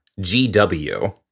gw